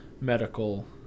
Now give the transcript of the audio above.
medical